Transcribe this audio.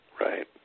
Right